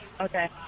Okay